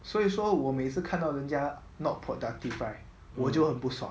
所以说我每次看到人家 not productive right 我就很不爽